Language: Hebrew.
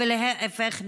להפך,